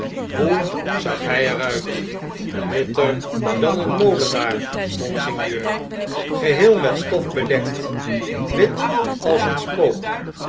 hoe zag hj er uit witter dan een molenaar monseigneur geheel met stof bedekt wit als een spook